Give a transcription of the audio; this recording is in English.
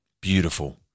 beautiful